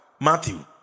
Matthew